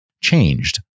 changed